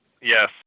Yes